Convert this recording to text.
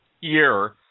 year